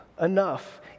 enough